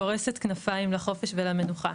פורשת כנפיים לחופש ולמנוחה.